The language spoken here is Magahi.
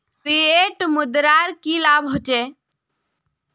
फिएट मुद्रार की लाभ होचे?